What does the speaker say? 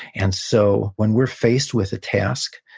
and so when we're faced with a task,